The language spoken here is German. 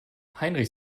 heinrich